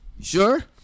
Sure